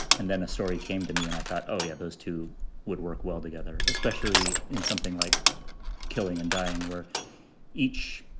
and then a story came to me and i thought, oh, yeah, those two would work well together, especially in something like killing and dying where each.